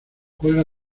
juega